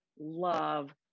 love